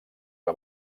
que